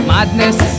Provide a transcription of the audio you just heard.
Madness